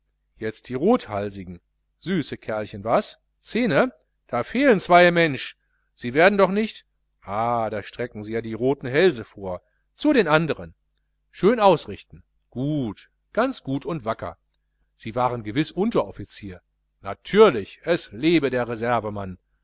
jetzt die rothalsigen süße kerlchen was zehne da fehlen zweie mensch sie werden doch nicht ah da strecken sie ja die roten hälse vor zu den anderen schön ausrichten gut ganz gut und wacker sie waren gewiß unteroffizier natürlich es lebe der